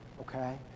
Okay